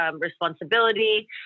responsibility